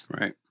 Right